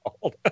called